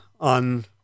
on